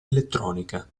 elettronica